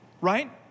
right